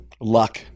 luck